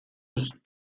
nicht